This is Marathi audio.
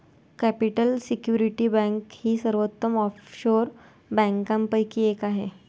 कॅपिटल सिक्युरिटी बँक ही सर्वोत्तम ऑफशोर बँकांपैकी एक आहे